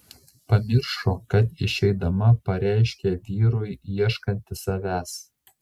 pamiršo kad išeidama pareiškė vyrui ieškanti savęs